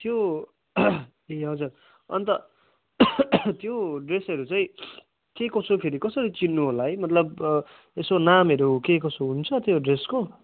त्यो ए हजुर अन्त त्यो ड्रेसहरू चाहिँ के कसो हो फेरि कसरी चिन्नुहोला है मतलब यसो नामहरू के कसो हुन्छ त्यो ड्रेसको